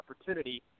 opportunity